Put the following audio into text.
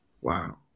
Wow